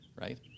right